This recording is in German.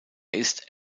ist